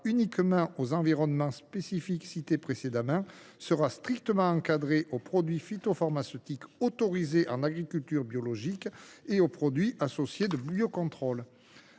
uniquement aux environnements spécifiques précédemment cités, sera strictement encadrée et limitée aux produits phytopharmaceutiques autorisés en agriculture biologique et aux produits associés de biocontrôle.